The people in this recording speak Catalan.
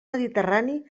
mediterrani